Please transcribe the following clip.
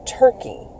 turkey